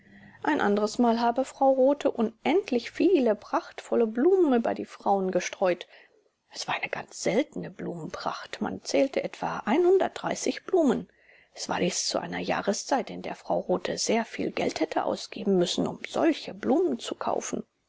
ein anderes mal habe frau rothe unendlich viele prachtvolle blumen über die frauen gestreut es war eine ganz seltene blumenpracht man zählte etwa blumen es war dies zu einer jahreszeit in der frau rothe sehr viel geld hätte ausgeben müssen um solche blumen zu kaufen